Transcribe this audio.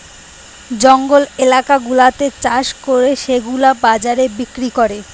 জঙ্গল এলাকা গুলাতে চাষ করে সেগুলা বাজারে বিক্রি করে